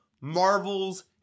Marvel's